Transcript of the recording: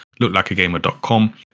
looklikeagamer.com